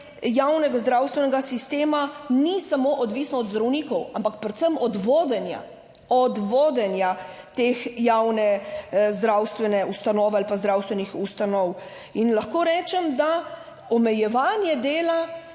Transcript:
javnega zdravstvenega sistema ni samo odvisno od zdravnikov, ampak predvsem od vodenja teh javne zdravstvene ustanove ali pa zdravstvenih ustanov. In lahko rečem, da omejevanje dela,